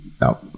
no